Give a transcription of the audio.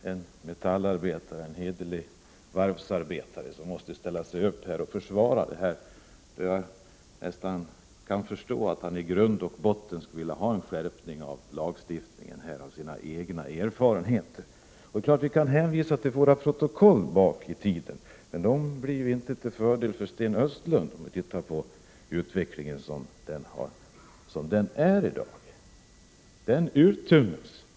Herr talman! Jag kan kanske uttrycka mig så här: Ibland tycker jag synd om Sten Östlund. Han är en metallarbetare, en hederlig varvsarbetare, som här måste ställa sig upp och försvara detta förslag. Jag kan förstå att han med tanke på sina egna erfarenheter i grund och botten vill ha en skärpning av lagstiftningen. Visst kan vi hänvisa till våra protokoll en bit tillbaka i tiden. Men om vi 61 tittar på hur utvecklingen är i dag blir inte dessa till någon fördel för Sten Östlund.